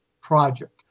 project